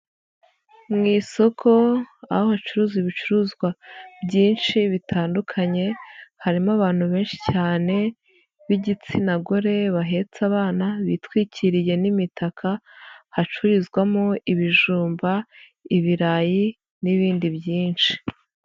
Mu isoko aho bacuruza ibicuruzwa byinshi bitandukanye harimo abantu benshi cyane b'igitsina gore bahetse abana bitwikiriye n'imitaka hacururizwamo ibijumba, ibirayi n'ibindi byinshi.